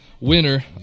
winner